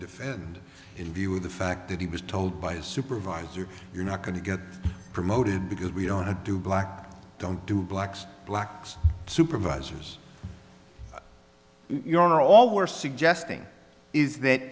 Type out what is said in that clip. defend in view of the fact that he was told by his supervisor you're not going to get promoted because we don't know do black don't do blacks blacks supervisors you're all we're suggesting is that